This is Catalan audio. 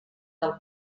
del